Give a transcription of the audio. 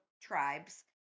tribes